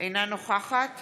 אינה נוכחת